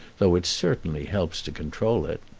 though it certainly helps to control it.